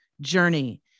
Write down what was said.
journey